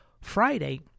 Friday